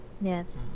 Yes